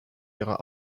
ihrer